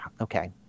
okay